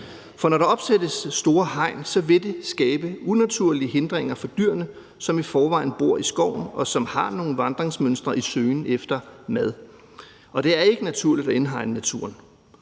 For når der opsættes store hegn, så vil det skabe unaturlige hindringer for dyrene, som i forvejen bor i skoven, og som har nogle vandringsmønstre i søgen efter mad. Og det er ikke naturligt at indhegne naturen.